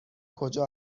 کجا